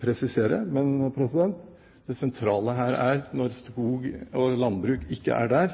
presisere. Men det sentrale her er at når skog- og landbruk ikke er der,